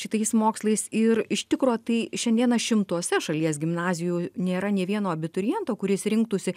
šitais mokslais ir iš tikro tai šiandieną šimtuose šalies gimnazijų nėra nei vieno abituriento kuris rinktųsi